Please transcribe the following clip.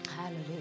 hallelujah